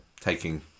taking